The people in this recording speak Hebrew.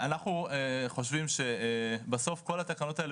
אנחנו חושבים שבסוף כל התקנות האלה